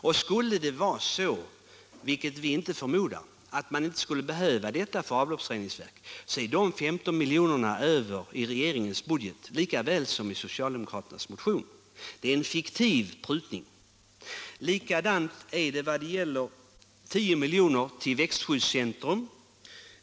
Och skulle det vara så, vilket vi inte förmodar, att man inte skulle behöva detta belopp för avloppsreningsverk, är de 15 miljonerna över i regeringens budget likaväl som i socialdemokraternas motion. Det är en fiktiv prutning. Likadant är det med de 10 milj.kr. som går till växtskyddscentrum.